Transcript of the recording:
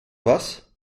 was